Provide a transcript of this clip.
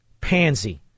pansy